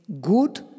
good